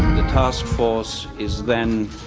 the task force is then,